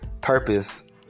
purpose